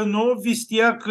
nu vis tiek